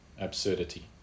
absurdity